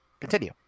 Continue